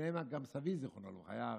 ובהם אז גם סבי, זיכרונו לברכה.